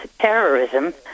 terrorism